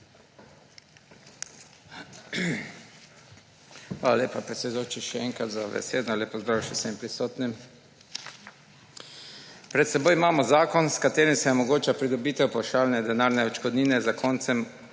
Hvala lepa, predsedujoči, še enkrat za besedo. Lep pozdrav vsem prisotnim! Pred seboj imamo zakon, s katerim se omogoča pridobitev pavšalne denarne odškodnine zakoncem